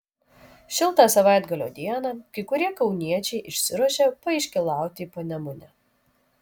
šiltą savaitgalio dieną kai kurie kauniečiai išsiruošė paiškylauti į panemunę